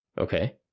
Okay